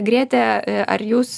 grėte ar jūs